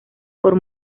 por